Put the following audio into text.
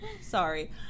sorry